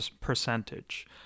percentage